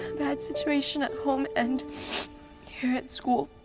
bad situation at home and here at school.